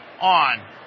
on